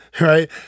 right